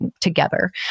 together